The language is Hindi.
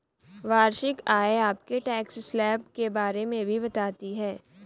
वार्षिक आय आपके टैक्स स्लैब के बारे में भी बताती है